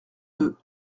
deux